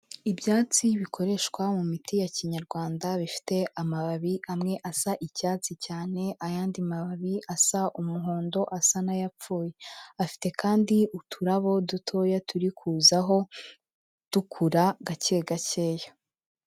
Ibyatsi bikoreshwa mu miti ya Kinyarwanda bifite amababi amwe asa icyatsi cyane, ayandi mababi asa umuhondo asa n'ayapfuye, afite kandi uturabo dutoya turi kuzaho dukura gake gakeya.